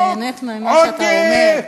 אני נהנית ממה שאתה אומר.